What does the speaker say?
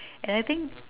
and I think